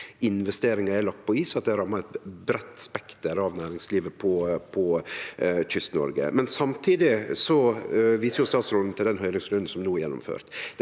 at investeringar er lagde på is, og at det rammar eit breitt spekter av næringslivet i Kyst-Noreg. Samtidig viser statsråden til den høyringsrunden som no er gjennomført.